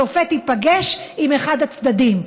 ששופט ייפגש עם אחד הצדדים.